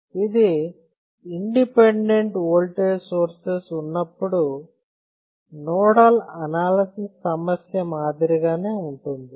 ఇది independent voltage sources ఉన్నపుడు nodal analysis సమస్య మాదిరిగానే ఉంటుంది